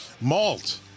Malt